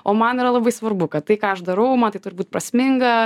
o man yra labai svarbu kad tai ką aš darau man tai turi būt prasminga